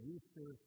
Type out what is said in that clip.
Easter